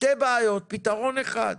שתי בעיות, פתרון אחד.